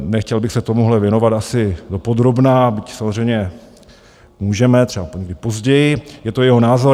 Nechtěl bych se tomuhle věnovat asi dopodrobna, byť samozřejmě můžeme třeba někdy později, je to jeho názor.